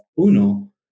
UNO